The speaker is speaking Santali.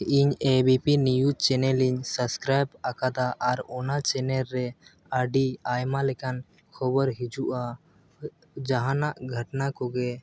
ᱤᱧ A B P news channel ᱤᱧ ᱥᱟᱥᱠᱨᱟᱭᱤᱵ ᱟᱠᱟᱫᱟ ᱟᱨ ᱚᱱᱟ ᱪᱮᱱᱮᱞᱨᱮ ᱟᱹᱰᱤ ᱟᱭᱢᱟ ᱞᱮᱠᱟᱱ ᱠᱷᱚᱵᱚᱨ ᱦᱤᱡᱩᱜᱼᱟ ᱡᱟᱦᱟᱱᱟᱜ ᱜᱷᱚᱴᱱᱟ ᱠᱚᱜᱮ